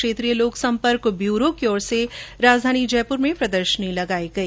क्षेत्रीय लोक संपर्क ब्यूरो की ओर से राजधानी जयपुर में प्रदर्शनी आयोजित की गई